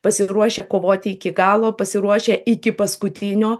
pasiruošę kovoti iki galo pasiruošę iki paskutinio